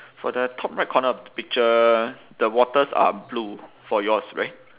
for the top right corner of the picture the waters are blue for yours right